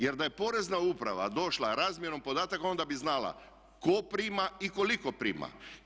Jer da je porezna uprava došla razmjenom podataka onda bi znala tko prima i koliko prima.